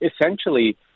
essentially